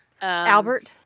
Albert